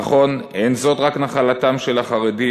נכון, אין זאת רק נחלתם של החרדים,